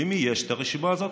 למי יש רשימה כזאת?